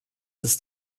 ist